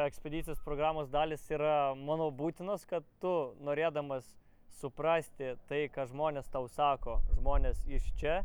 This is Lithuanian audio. ekspedicijos programos dalys yra manau būtinos kad tu norėdamas suprasti tai ką žmonės tau sako žmonės iš čia